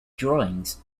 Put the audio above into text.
drawings